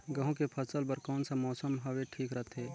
गहूं के फसल बर कौन सा मौसम हवे ठीक रथे?